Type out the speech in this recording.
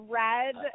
red